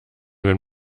wenn